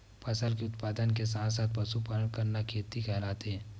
फसल के उत्पादन के साथ साथ पशुपालन करना का खेती कहलाथे?